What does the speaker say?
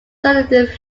sudden